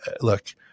look